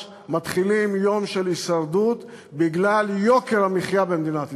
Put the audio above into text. מתחילים יום של הישרדות בגלל יוקר המחיה במדינת ישראל.